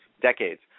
decades